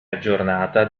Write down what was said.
aggiornata